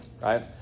Right